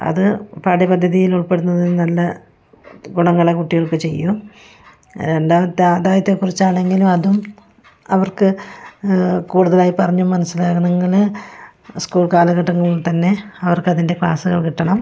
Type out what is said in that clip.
അത് പാഠ്യ പദ്ധതിയിൽ ഉൾപ്പെടുന്നത് നല്ല ഗുണങ്ങള് കുട്ടികൾക്ക് ചെയ്യും രണ്ടാമത്തെ ആദായത്തെ കുറിച്ചാണെങ്കിലു അതും അവർക്ക് കൂടുതലായി പറഞ്ഞും മനസ്സിലാകണമെങ്കില് സ്കൂൾ കാലഘട്ടങ്ങളിൽ തന്നെ അവർക്കതിൻ്റെ ക്ലാസുകൾ കിട്ടണം